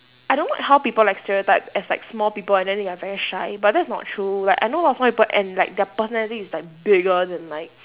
I don't like how people like stereotype as like small people and then they are very shy but that is not true like I know a lot of small people and like their personality is like bigger than like